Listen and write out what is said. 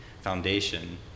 foundation